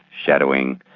shadowing,